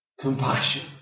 Compassion